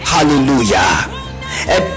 Hallelujah